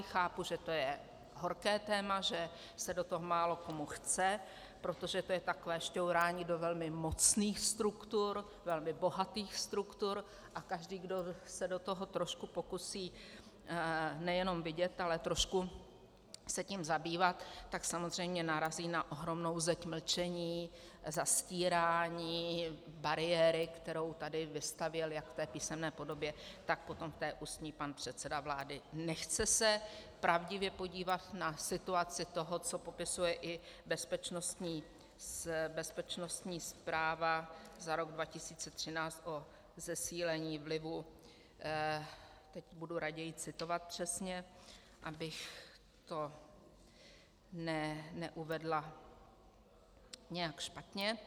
Chápu, že to je horké téma, že se do toho málokomu chce, protože to je takové šťourání do velmi mocných struktur, velmi bohatých struktur, a každý, kdo se do toho pokusí nejenom vidět, ale trošku se tím zabývat, tak samozřejmě narazí na ohromnou zeď mlčení, zastírání, bariéry, kterou tady vystavěl jak v té písemné podobě, tak potom v té ústní pan předseda vlády, nechce se pravdivě podívat na situaci toho, co popisuje i bezpečnostní zpráva za rok 2013 o zesílení vlivu teď budu raději citovat přesně, abych to neuvedla nějak špatně.